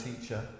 teacher